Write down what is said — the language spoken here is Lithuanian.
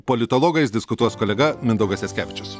politologais diskutuos kolega mindaugas jackevičius